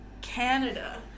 Canada